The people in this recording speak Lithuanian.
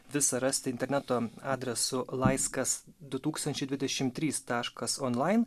vis rasti interneto adresu laiskas du tūkstančiai dvidešim trys taškas onlain